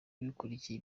bikurikiye